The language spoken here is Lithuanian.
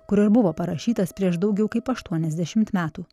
kur ir buvo parašytas prieš daugiau kaip aštuoniasdešimt metų